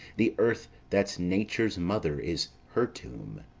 the earth that's nature's mother is her tomb.